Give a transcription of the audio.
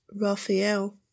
Raphael